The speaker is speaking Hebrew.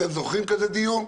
אתם זוכרים כזה דיון?